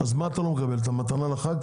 אז מה אתה לא מקבל, את המתנה לחג?